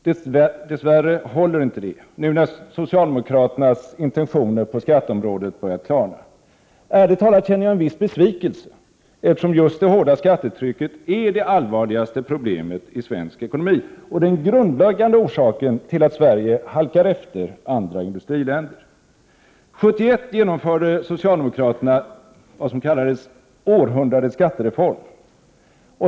Dess värre håller det inte nu när socialdemokraternas intentioner på skatteområdet börjat klarna. Ärligt talat känner jag en viss besvikelse, eftersom just det hårda skattetrycket är det allvarligaste problemet i svensk ekonomi och den grundläggande orsaken till att Sverige halkar efter andra industriländer. 1971 genomförde socialdemokraterna vad som kallades århundradets skattereform.